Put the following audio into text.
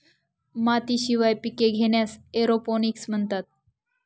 मातीशिवाय पिके घेण्यास एरोपोनिक्स म्हणतात